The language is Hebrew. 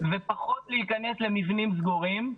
ופחות להיכנס למבנים סגורים,